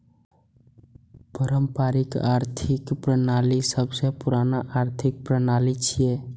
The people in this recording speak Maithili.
पारंपरिक आर्थिक प्रणाली सबसं पुरान आर्थिक प्रणाली छियै